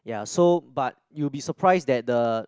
ya so but you'll be surprise that the